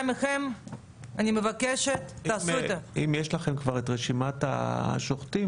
שמעתם ממשרד הכלכלה שהרשימה של היבואנים יותר קטנה מ-31.